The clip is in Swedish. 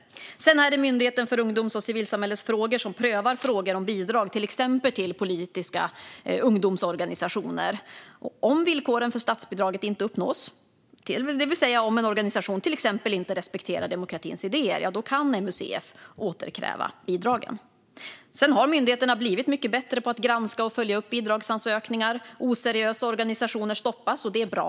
Sedan är det Myndigheten för ungdoms och civilsamhällesfrågor som prövar frågor om bidrag, till exempel till politiska ungdomsorganisationer. Om villkoren för statsbidraget inte uppfylls, det vill säga om en organisation till exempel inte respekterar demokratins idéer, kan MUCF återkräva bidragen. Myndigheterna har också blivit mycket bättre på att granska och följa upp bidragsansökningar. Oseriösa organisationer stoppas, och det är bra.